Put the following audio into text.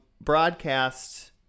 Broadcast